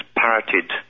parroted